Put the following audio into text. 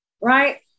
right